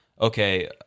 okay